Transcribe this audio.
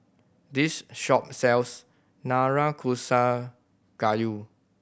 this shop sells Nanakusa Gayu